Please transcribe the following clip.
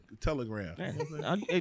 telegram